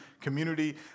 Community